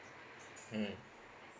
mm